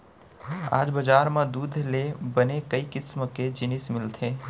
आज बजार म दूद ले बने कई किसम के जिनिस मिलथे